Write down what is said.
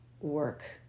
work